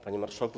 Panie Marszałku!